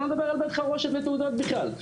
אני לא מדבר על בית חרושת לתעודות בכלל,